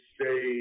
say